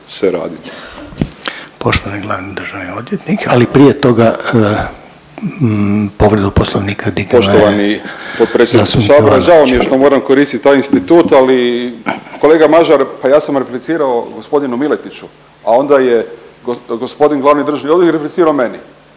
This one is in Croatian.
Poštovani glavni državni odvjetnik, ali prije toga povredu Poslovnika dignuo je zastupnik Jovanović. **Jovanović, Željko (SDP)** Potpredsjedniče Sabora, žao mi je što moram koristiti taj institut ali, kolega Mažar pa ja sam replicirao gospodinu Miletiću, a onda je gospodin glavni državni odvjetnik replicirao meni.